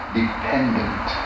dependent